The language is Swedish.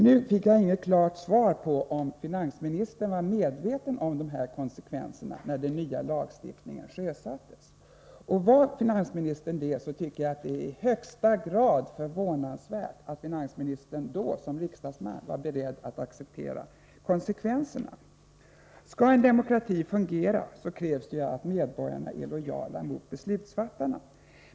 Nu fick jag inget klart svar på om finansministern var medveten om de här konsekvenserna när den nya lagstiftningen infördes. Var finansministern det, tycker jag att det är i högsta grad förvånansvärt att finansministern, då som riksdagsman, var beredd att acceptera konsekvenserna. Skall en demokrati fungera krävs det att medborgarna är lojala mot beslutsfattarna.